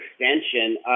extension